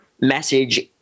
message